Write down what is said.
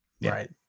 right